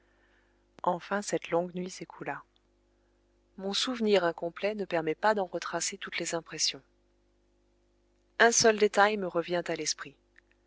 enfin cette longue nuit s'écoula mon souvenir incomplet ne permet pas d'en retracer toutes les impressions un seul détail me revient à l'esprit